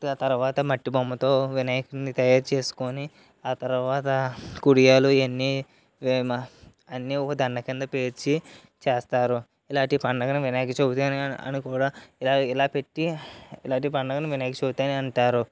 తరువాత మట్టిబొమ్మతో వినాయకుడిని తయారు చేసుకొని ఆ తరువాత కుడియాలు ఇవి అన్నీ మే మా అన్నీ ఒక దండ కింద పేర్చి చేస్తారు ఇలాంటి పండుగను వినాయకచవితి అని అని కూడా ఇలా పెట్టి ఇలాంటి పండుగని వినాయకచవితి అని అంటారు